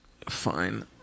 fine